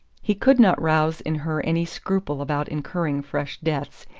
he could not rouse in her any scruple about incurring fresh debts,